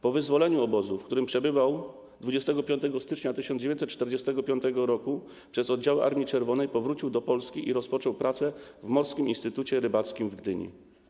Po wyzwoleniu obozu, w którym przebywał, 25 stycznia 1945 r. przez oddziały Armii Czerwonej powrócił do Polski i rozpoczął pracę w Morskim Instytucie Rybackim w Gdyni.